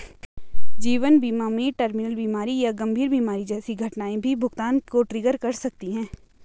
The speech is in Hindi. जीवन बीमा में टर्मिनल बीमारी या गंभीर बीमारी जैसी घटनाएं भी भुगतान को ट्रिगर कर सकती हैं